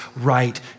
right